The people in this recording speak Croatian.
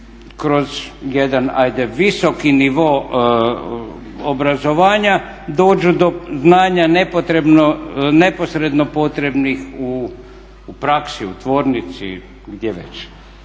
kroz jedan hajde visoki nivo obrazovanja dođu do znanja neposredno potrebnih u praksi, u tvornici, gdje već.